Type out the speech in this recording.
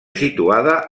situada